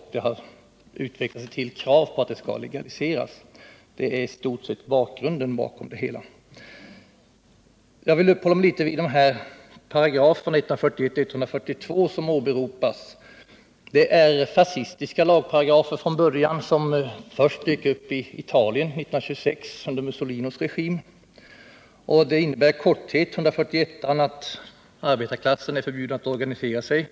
Krav har rests på att partiet skall legaliseras. Det är i stort sett bakgrunden till det hela. Jag vill uppehålla mig litet vid 141 och 142 §§, som åberopats. Det är från början fascistiska lagparagrafer. De dök upp först i Italien 1926 under Mussolinis regim. 141 § innebär i korthet att arbetarklassen är förbjuden att organisera sig